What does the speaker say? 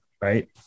Right